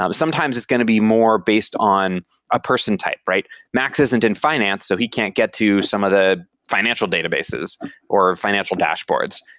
um sometimes it's going to be more based on a person type, right? max isn't in finance, so he can't get to some of the financial databases or financial dashboards.